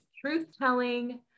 truth-telling